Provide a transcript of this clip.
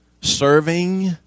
serving